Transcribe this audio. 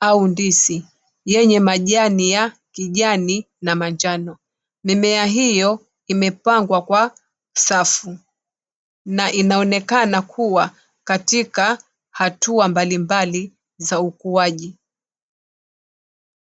au ndizi yenye majani ya kijani na manjano. Mimea hio imepangwa kwa safu na inaonekana kuwa katika hatua mbalimbali za ukuaji.